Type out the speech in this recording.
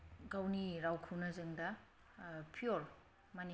गावनि रावखौनो जों दा पियर माने